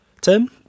Tim